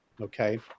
okay